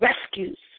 rescues